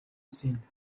tsinda